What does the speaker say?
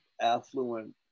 affluent